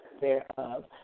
thereof